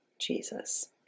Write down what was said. Jesus